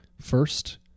First